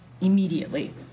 immediately